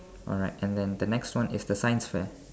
alright and then the next one is the science fair